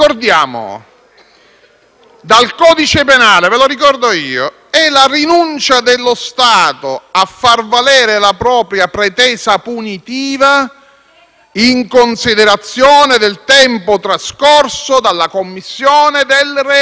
Dal codice penale, è la rinuncia dello Stato a far valere la propria pretesa punitiva in considerazione del tempo trascorso dalla commissione del reato.